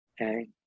Okay